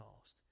cost